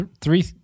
three